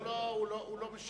לא, לא, הוא לא משיב.